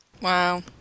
Wow